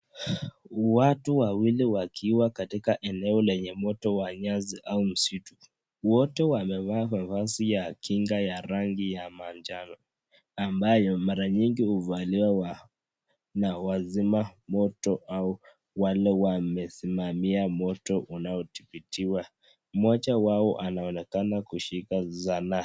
Watu wawili wakiwa katika eneo lenye moto wa nyazi au msitu wote wamevaa mavazi ya kinga yenye rangi ya manjano ambayo mara nyingi huvaliwa wa na wazima Moto au wale wamesimamia moto unaotibitiwa mmoja wao anaonekana kushika zana